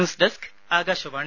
news desk Akashvani